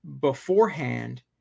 beforehand